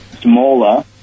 smaller